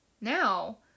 now